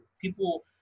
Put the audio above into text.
People